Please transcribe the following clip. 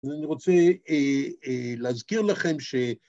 ואני רוצה להזכיר לכם ש...